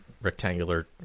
rectangular